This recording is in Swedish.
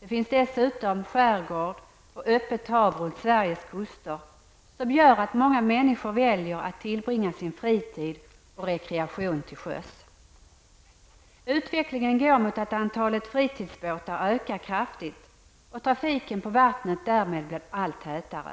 Det finns dessutom skärgård och öppet hav runt Sveriges kuster, vilket gör att många människor väljer att tillbringa sin fritid och rekreation till sjöss. Utvecklingen går mot att antalet fritidsbåtar ökar kraftigt och därmed blir trafiken på vattnet allt tätare.